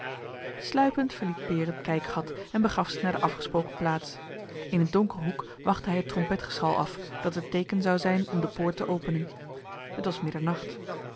verliet peer het kijkgat en begaf zich naar de afgesproken plaats in een donkeren hoek wachtte hij het trompetgeschal af dat het teeken zou zijn om de poort te openen t was middernacht